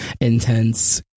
intense